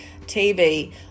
TV